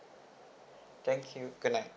thank you goodnight